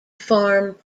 farm